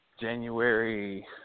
January